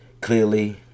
clearly